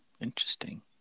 Interesting